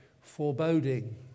foreboding